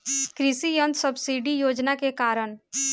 कृषि यंत्र सब्सिडी योजना के कारण?